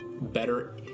better